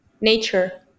Nature